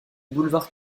boulevard